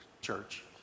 church